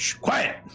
Quiet